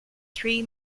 three